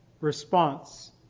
response